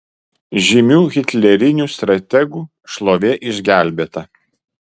žymių hitlerinių strategų šlovė išgelbėta